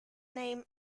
name